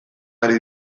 ari